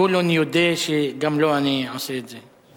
זבולון יודה שגם לו אני עושה את זה.